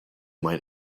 might